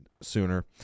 sooner